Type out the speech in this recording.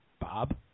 Bob